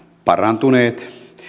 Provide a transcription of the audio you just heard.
parantuneet